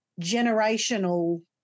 generational